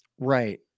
Right